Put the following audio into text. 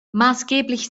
maßgeblich